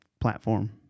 platform